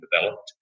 developed